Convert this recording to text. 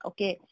Okay